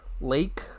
Lake